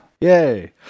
Yay